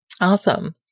Awesome